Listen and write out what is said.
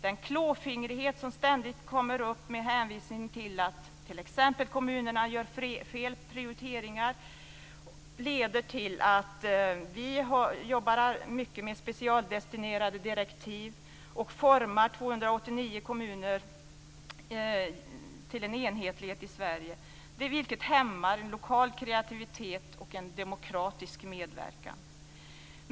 En klåfingrighet visar sig ständigt med hänvisning till att t.ex. kommunerna gör fel prioriteringar. Den leder till att vi jobbar mycket med specialdestinerade direktiv och formar 289 kommuner till en enhetlighet i Sverige, vilket hämmar en lokal kreativitet och en demokratisk medverkan.